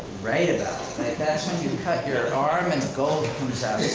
write about it. that's when you cut your arm and gold comes out.